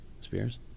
Spears